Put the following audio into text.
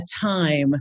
time